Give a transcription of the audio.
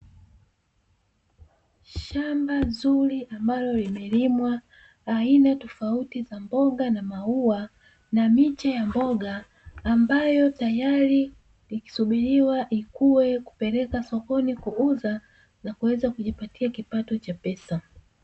Shamba zuri ambalo limelimwa aina tofauti za mboga na maua na miche ya mboga, ambayo tayari ikisubiriwa ikue kupeleka sokoni kuuzwa na kuweza kujipatia kiasi cha pesa.